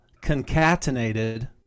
concatenated